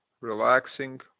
relaxing